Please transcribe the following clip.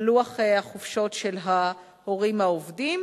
על לוח החופשות של ההורים העובדים,